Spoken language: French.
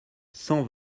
cent